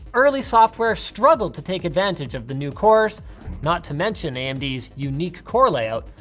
early software struggled to take advantage of the new cores not to mention amd's unique core layout,